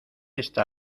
esta